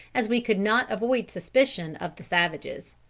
as we could not avoid suspicion of the savages.